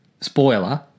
spoiler